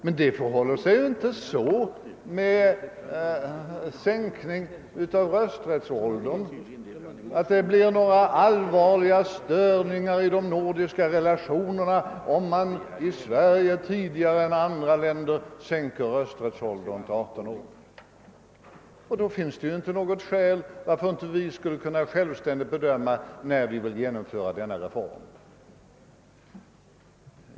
Men det förhåller sig inte så att det blir allvarliga störningar i övriga nordiska länder om man sänker rösträttsåldern till 18 år tidigare i Sverige än i de andra länderna. Därför finns det inte något skäl till att vi inte självständigt skulle kunna bedöma när vi vill genomföra denna reform.